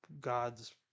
God's